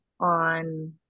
on